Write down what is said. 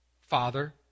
father